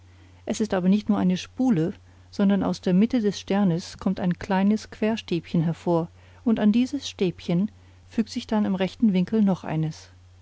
es ist aber nicht nur eine spule sondern aus der mitte des sternes kommt ein kleines querstäbchen hervor und an dieses stäbchen fügt sich dann im rechten winkel noch eines